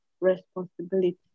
responsibility